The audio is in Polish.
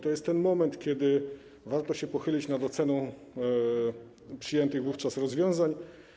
To jest moment, kiedy warto się pochylić nad oceną przyjętych wówczas rozwiązań.